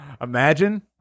Imagine